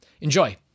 Enjoy